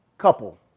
couple